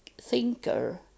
thinker